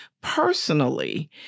Personally